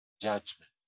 judgment